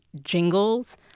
jingles